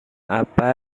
apa